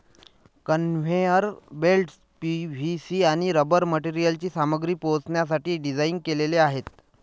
conveyor belts PVC आणि rubber मटेरियलची सामग्री पोहोचवण्यासाठी डिझाइन केलेले आहेत